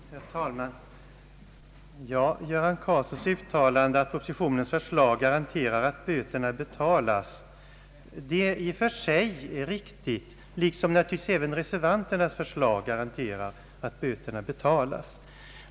Herr talman! Herr Göran Karlssons uttalande att propositionens förslag garanterar att böterna betalas är i och för sig riktigt; även reservanternas förslag garanterar att böterna betalas.